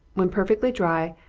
when perfectly dry,